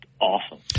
awesome